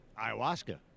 Ayahuasca